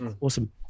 Awesome